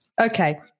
Okay